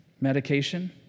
Medication